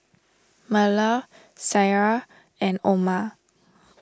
Melur Syirah and Omar